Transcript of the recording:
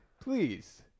please